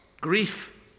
grief